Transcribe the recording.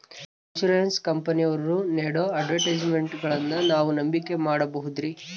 Insurance ಕಂಪನಿಯವರು ನೇಡೋ ಅಡ್ವರ್ಟೈಸ್ಮೆಂಟ್ಗಳನ್ನು ನಾವು ನಂಬಿಕೆ ಮಾಡಬಹುದ್ರಿ?